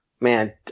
man